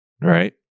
right